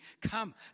Come